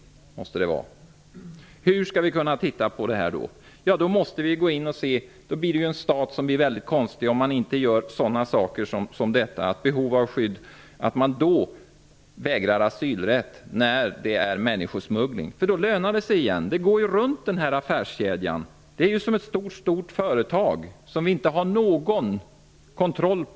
Hur skall vi göra? Det blir konstigt om en stat inte ser till behovet av skydd och vägrar asylrätt när det är fråga om människosmuggling. Då lönar det sig igen. Den här affärskedjan går runt. Det är som ett stort företag, som vi inte har någon kontroll över.